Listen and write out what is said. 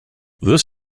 this